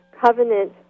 covenant